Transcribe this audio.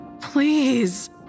Please